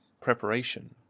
preparation